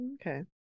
Okay